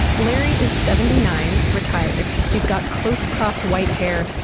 larry is seventy nine, retired. he's got close-cropped white hair,